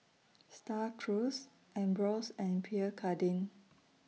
STAR Cruise Ambros and Pierre Cardin